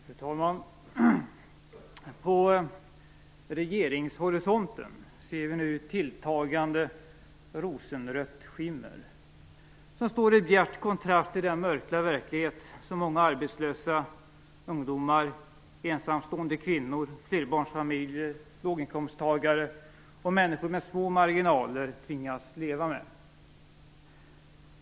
Fru talman! På regeringshorisonten ser vi nu tilltagande rosenrött skimmer som står i bjärt kontrast till den mörka verklighet som många arbetslösa, ungdomar, ensamstående kvinnor, flerbarnsfamiljer, låginkomsttagare och människor med små marginaler tvingas leva med.